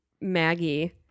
Maggie